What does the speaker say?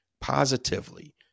positively